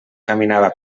caminava